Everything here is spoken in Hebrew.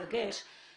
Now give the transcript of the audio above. בגלל המיקום של השדה,